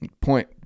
point